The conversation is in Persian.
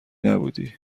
نبودی